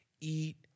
eat